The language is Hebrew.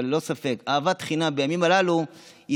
אבל ללא ספק אהבת חינם בימים הללו היא